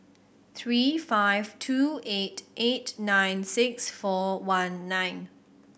three five two eight eight nine six four one nine